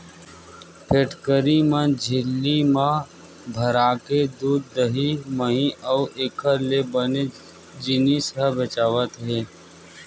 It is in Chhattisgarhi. फेकटरी म झिल्ली म भराके दूद, दही, मही अउ एखर ले बने जिनिस ह बेचावत हे